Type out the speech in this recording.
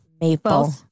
maple